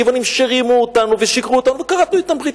הגבעונים שרימו אותנו ושיקרו לנו וכרתנו אתם ברית,